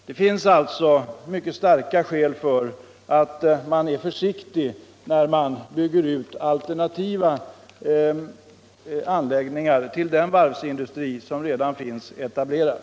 Det finns alltså mycket starka skäl för att man är försiktig när man bygger ut alternativa anläggningar till den varvsindustri som redan finns ctablerad.